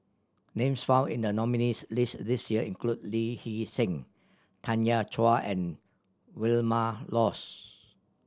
names found in the nominees' list this year include Lee Hee Seng Tanya Chua and Vilma Laus